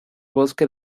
bosque